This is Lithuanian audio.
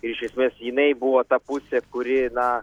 ir iš esmės jinai buvo ta pusė kuri na